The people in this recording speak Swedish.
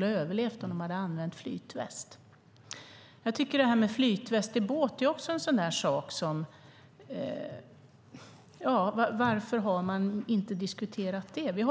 ha överlevt om de hade använt flytväst. Flytväst i båt: Varför har man inte diskuterat det?